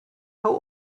how